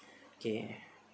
okay